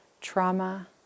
Trauma